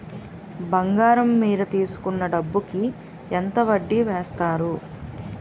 బంగారం మీద తీసుకున్న డబ్బు కి ఎంత వడ్డీ వేస్తారు?